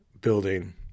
building